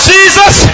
Jesus